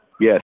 Yes